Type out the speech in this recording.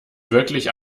wirklich